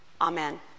Amen